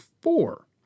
four